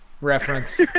reference